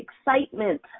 excitement